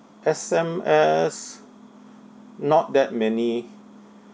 S_M_S not that many